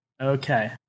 Okay